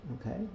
okay